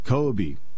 Kobe